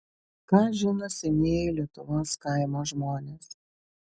ką žino senieji lietuvos kaimo žmonės